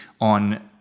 on